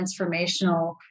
transformational